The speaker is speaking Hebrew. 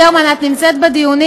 חברת הכנסת גרמן, את נמצאת בדיונים?